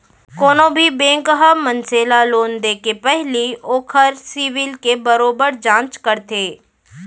कोनो भी बेंक ह मनसे ल लोन देके पहिली ओखर सिविल के बरोबर जांच करथे